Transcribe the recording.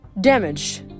Damaged